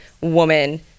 woman